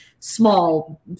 small